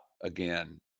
again